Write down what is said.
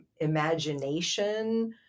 imagination